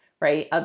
right